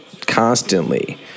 constantly